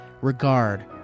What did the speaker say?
regard